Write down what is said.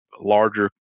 larger